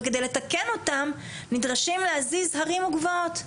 וכדי לתקן אותן נדרשים להזיז הרים וגבעות.